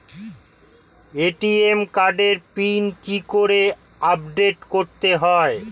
ATM কার্ডের pin কি করে আপডেট করতে হয়?